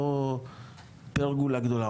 או פרגולה גדולה,